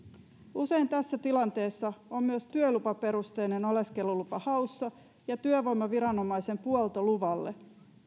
usein tässä tilanteessa on myös työlupaperusteinen oleskelulupa haussa ja työvoimaviranomaisen puolto luvalle